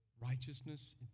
Righteousness